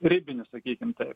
ribinių sakykim taip